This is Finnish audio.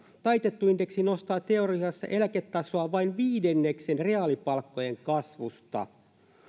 taitettu indeksi nostaa teoriassa eläketasoa vain viidenneksen reaalipalkkojen kasvusta